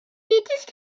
aboutissent